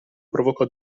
provocò